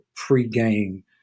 pregame